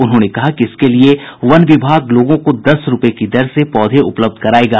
उन्होंने कहा कि इसके लिये वन विभाग लोगों को दस रूपये की दर से पौधे उपलब्ध करायेगा